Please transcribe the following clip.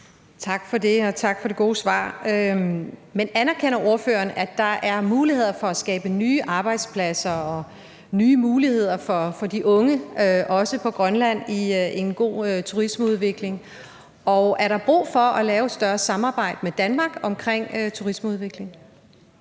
Tak for det, og tak for det gode svar. Men anerkender ordføreren, at der er muligheder for at skabe nye arbejdspladser og nye muligheder også for de unge i Grønland med en god turismeudvikling? Og er der brug for at lave et større samarbejde med Danmark om turismeudvikling?